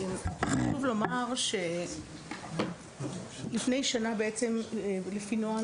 חשוב לומר שלפני שנה לפי נוהל,